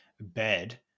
bed